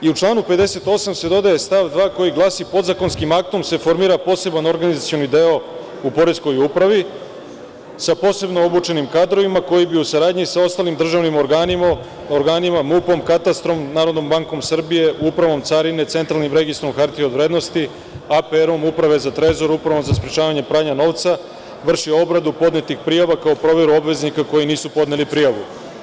U članu 58. se dodaje stav 2. koji glasi – podzakonskim aktom se formira poseban organizacioni deo u poreskoj upravi sa posebno obučenim kadrovima koji bi u saradnji sa ostalim državnim organima, MUP-om, katastrom, Narodnom bankom Srbije, Upravom carine, Centralnim registrom hartija od vrednosti, APR-om, Uprave za trezor, Uprave za sprečavanje pranja novca, vršio obradu podnetih prijava, kao i obveznika koji nisu podneli prijave.